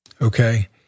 okay